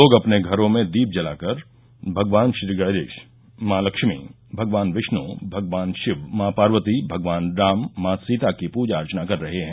लोग अपने घरो में दीप जलाकर भगवान श्रीगणेश मॉ लक्ष्मी भगवान विष्ण् भगवान शिव मॉ पार्वती भगवान राम मॉ सीता की प्रजा अर्चना कर रहे हैं